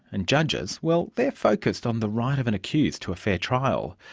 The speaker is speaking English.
and judges, well they're focused on the right of an accused to a fair trial.